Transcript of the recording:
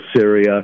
Syria